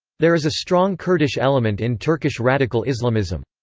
there is a strong kurdish element in turkish radical islamism.